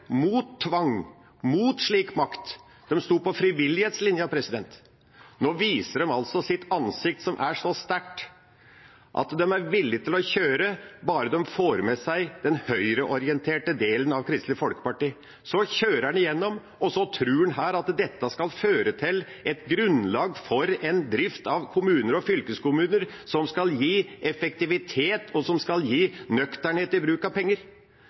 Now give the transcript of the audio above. tvang og imot slik makt. De sto på frivillighetslinja. Nå viser de sitt ansikt, som er så sterkt at de er villige til å kjøre på. Bare de får med seg den høyreorienterte delen av Kristelig Folkeparti, kjører en dette igjennom og tror at dette skal føre til et grunnlag for en drift av kommuner og fylkeskommuner som skal gi effektivitet, og som skal gi nøkternhet i bruken av penger.